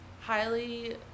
highly